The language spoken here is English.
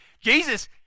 Jesus